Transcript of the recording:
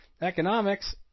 Economics